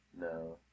No